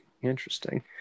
interesting